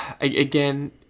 again